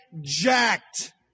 jacked